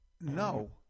No